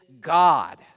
God